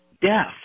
Death